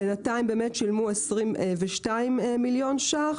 בינתיים באמת שילמו 22 מיליון ₪,